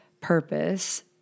purpose